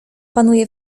panuje